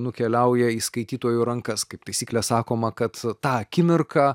nukeliauja į skaitytojų rankas kaip taisyklė sakoma kad tą akimirką